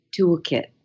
toolkit